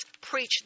preach